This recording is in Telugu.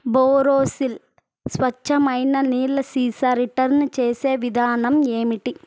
బోరోసిల్ స్వచ్ఛమైన నీళ్ళ సీసా రిటర్న్ చేసే విధానం ఏమిటి